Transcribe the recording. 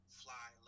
fly